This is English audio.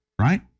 Right